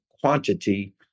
quantity